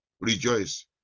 Rejoice